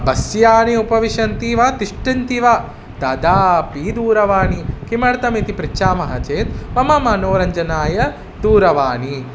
बस्याने उपविशन्ति वा तिष्ठन्ति वा तदा अपि दूरवाणी किमर्थम् इति पृच्छामः चेत् मम मनोरञ्चनाय दूरवाणी